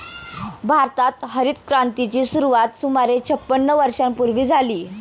भारतात हरितक्रांतीची सुरुवात सुमारे छपन्न वर्षांपूर्वी झाली